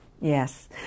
Yes